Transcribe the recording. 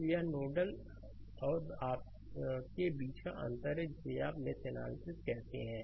तो यह नोडल और आपके बीच का अंतर है जिसे आप मेश एनालिसिस कहते हैं